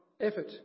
effort